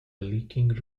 leaking